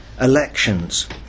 elections